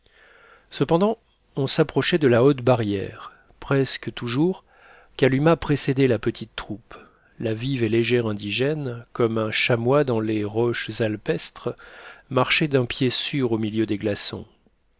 cependant on s'approchait de la haute barrière presque toujours kalumah précédait la petite troupe la vive et légère indigène comme un chamois dans les roches alpestres marchait d'un pied sûr au milieu des glaçons